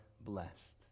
blessed